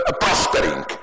prospering